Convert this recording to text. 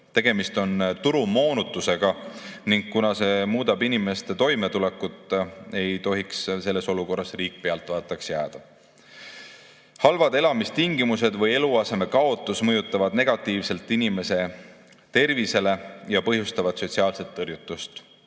Tegemist on turumoonutusega ning kuna see muudab inimeste toimetulekut, ei tohiks selles olukorras riik pealtvaatajaks jääda. Halvad elamistingimused või eluaseme kaotus mõjuvad negatiivselt inimese tervisele ja põhjustavad sotsiaalset tõrjutust.